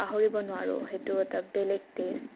পাহৰিব নোৱাৰোঁ সেইটো এটা বেলেগ টেষ্ট